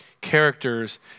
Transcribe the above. characters